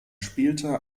spielte